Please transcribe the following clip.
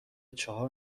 چهار